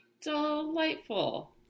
delightful